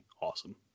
awesome